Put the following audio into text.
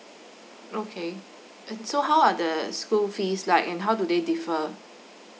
okay and so how are the school fees like and how do they differ